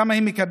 כמה היא מקבלת?